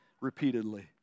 repeatedly